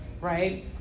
right